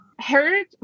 heard